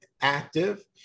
active